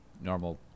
normal